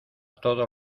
todo